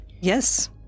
Yes